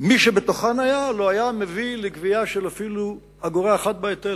מי שהיה בתוכן לא היה מביא אפילו לגבייה של אגורה אחת בהיטל.